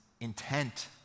intent